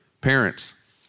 Parents